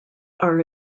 are